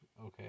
Okay